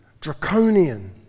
Draconian